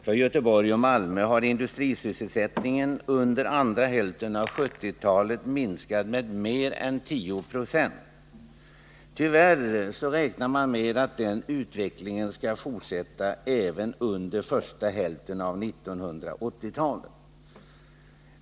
För Göteborg och Malmö har industrisysselsättningen under andra hälften av 1970-talet minskat med mer än 10 96. Tyvärr räknar man med att den utvecklingen skall fortsätta även under första hälften av 1980-talet.